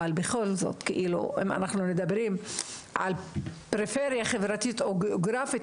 אם אנחנו מדברים על פריפריה חברתית או גיאוגרפית,